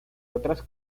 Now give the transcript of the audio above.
otras